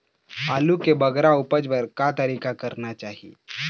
आलू के बगरा उपज बर का तरीका करना चाही?